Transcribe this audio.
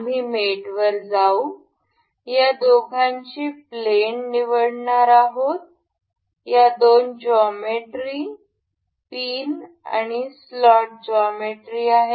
आम्ही मेटवर जाऊ या दोघांची प्लेन निवडणार आहोत या दोन जॉमेट्री पिन आणि स्लॉट जॉमेट्री आहेत